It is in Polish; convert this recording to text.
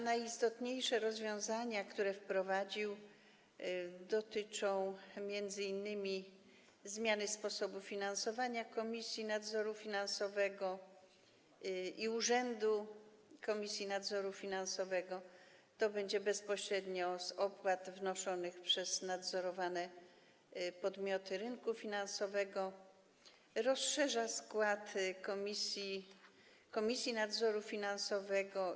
Najistotniejsze rozwiązania, które wprowadza, dotyczą m.in. zmiany sposobu finansowania Komisji Nadzoru Finansowego i Urzędu Komisji Nadzoru Finansowego - będzie się ono odbywało bezpośrednio z opłat wnoszonych przez nadzorowane podmioty rynku finansowego - czy rozszerzenia składu Komisji Nadzoru Finansowego.